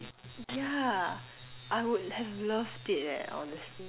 yeah I would have loved it leh honestly